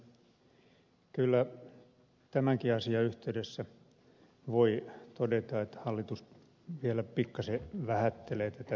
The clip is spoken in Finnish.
kyllä tämänkin asian yhteydessä voi todeta että hallitus vielä pikkasen vähättelee tätä tilannetta